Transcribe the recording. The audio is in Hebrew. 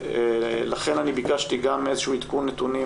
לכן אני ביקשתי גם איזשהו עדכון נתונים